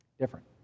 Different